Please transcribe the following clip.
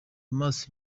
amaso